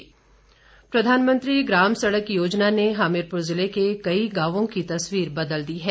PM ग्राम सडक योजना प्रधानमंत्री ग्राम सड़क योजना ने हमीरपुर जिले के कई गांवों की तस्वीर बदल दी है